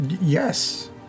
Yes